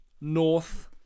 North